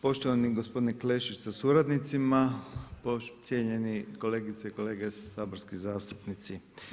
Poštovani gospodine Klešić sa suradnicima, cijenjeni kolegice i kolege saborski zastupnici.